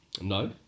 No